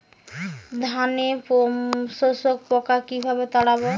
ধানে শোষক পোকা কিভাবে তাড়াব?